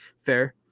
fair